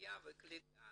שעליה וקליטה